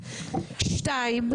שתיים,